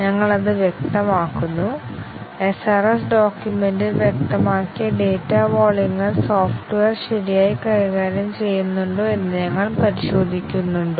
ഞങ്ങൾ അത് വ്യക്തമാക്കുന്നു SRS ഡോക്യുമെന്റിൽ വ്യക്തമാക്കിയ ഡാറ്റ വോള്യങ്ങൾ സോഫ്റ്റ്വെയർ ശരിയായി കൈകാര്യം ചെയ്യുന്നുണ്ടോ എന്ന് ഞങ്ങൾ പരിശോധിക്കുന്നുണ്ടോ